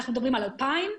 2,000?